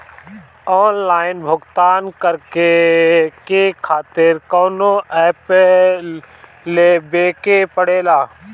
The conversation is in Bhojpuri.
आनलाइन भुगतान करके के खातिर कौनो ऐप लेवेके पड़ेला?